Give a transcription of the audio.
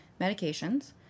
medications